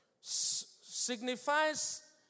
signifies